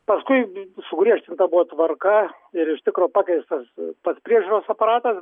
paskui sugriežtinta buvo tvarka ir iš tikro pakeistas pats priežiūros aparatas